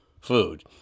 food